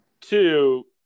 Two